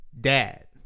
Dad